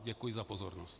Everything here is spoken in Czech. Děkuji za pozornost.